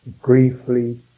briefly